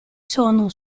sono